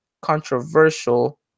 controversial